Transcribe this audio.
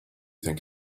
think